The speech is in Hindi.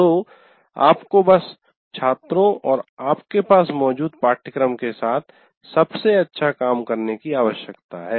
तो आपको बस छात्रों और आपके पास मौजूद पाठ्यक्रम के साथ सबसे अच्छा काम करने की आवश्यकता है